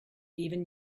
even